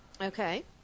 Okay